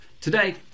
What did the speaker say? Today